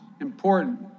important